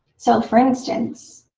so for instance,